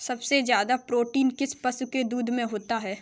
सबसे ज्यादा प्रोटीन किस पशु के दूध में होता है?